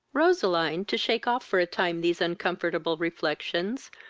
roseline, to shake off for a time these uncomfortable reflections,